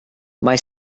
mae